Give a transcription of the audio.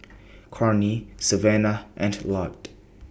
Cornie Savannah and Lott